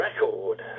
record